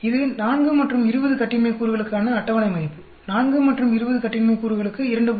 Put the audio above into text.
இது 4 மற்றும் 20 கட்டின்மை கூறுகளுக்கான அட்டவணை மதிப்பு 4 மற்றும் 20 கட்டின்மை கூறுகளுக்கு 2